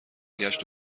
گشت